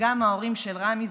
וגם ההורים של רמי,